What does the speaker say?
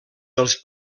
dels